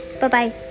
Bye-bye